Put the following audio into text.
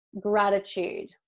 gratitude